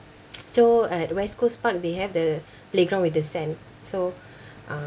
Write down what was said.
so at west coast park they have the playground with the sand so uh